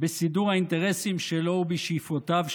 בסידור האינטרסים שלו ובשאיפותיו שלו,